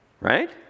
Right